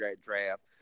draft